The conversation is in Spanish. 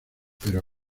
pero